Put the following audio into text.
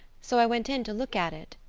so i went in to look at it.